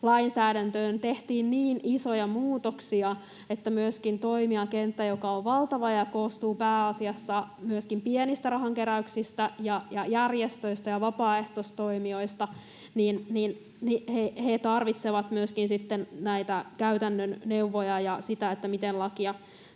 Lainsäädäntöön tehtiin niin isoja muutoksia, että myöskin toimijakenttä, joka on valtava ja koostuu pääasiassa pienistä rahankeräyksistä ja järjestöistä ja vapaaehtoistoimijoista, tarvitsee myöskin näitä käytännön neuvoja siitä, miten lakia